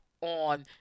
on